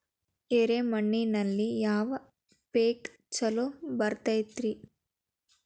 ಎರೆ ಮಣ್ಣಿನಲ್ಲಿ ಯಾವ ಪೇಕ್ ಛಲೋ ಬರತೈತ್ರಿ?